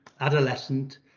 adolescent